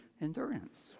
endurance